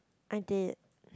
I did